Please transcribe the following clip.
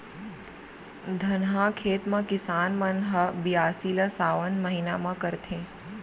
धनहा खेत म किसान मन ह बियासी ल सावन महिना म करथे